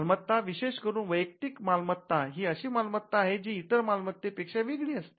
मालमत्ता विशेष करून वैयक्तिक मालमत्ता ही अशी मालमत्ता आहे जी इतर मालमत्तेत पेक्षा वेगळी असते